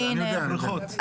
הבריכות.